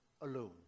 alone